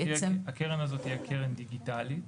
הקרן הזאת תהיה קרן דיגיטלית.